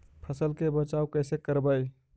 फसल के बचाब कैसे करबय?